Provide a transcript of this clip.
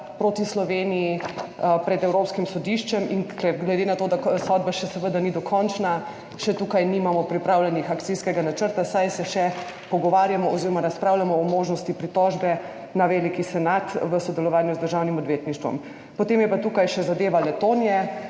proti Sloveniji pred Evropskim sodiščem. Glede na to, da sodba seveda še ni dokončna, tukaj še nimamo pripravljenega akcijskega načrta, saj se še pogovarjamo oziroma razpravljamo o možnosti pritožbe na veliki senat v sodelovanju z Državnim odvetništvom. Potem je tukaj še zadeva Letonje,